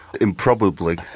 improbably